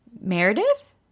Meredith